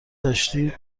داشتید